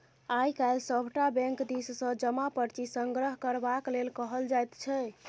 आय काल्हि सभटा बैंक दिससँ जमा पर्ची संग्रह करबाक लेल कहल जाइत छै